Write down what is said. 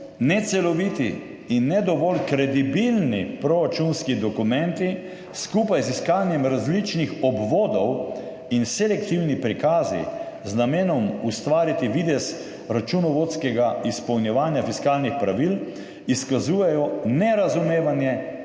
»Neceloviti in ne dovolj kredibilni proračunski dokumenti skupaj z iskanjem različnih obvodov in selektivni prikazi z namenom ustvariti videz računovodskega izpolnjevanja fiskalnih pravil izkazujejo nerazumevanje